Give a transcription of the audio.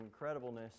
incredibleness